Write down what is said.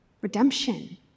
redemption